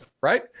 right